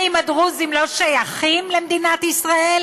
האם הדרוזים לא שייכים למדינת ישראל?